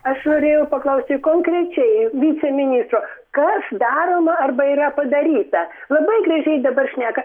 aš norėjau paklausti konkrečiai viceministro kas daroma arba yra padaryta labai gražiai dabar šneka